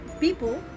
people